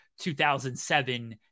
2007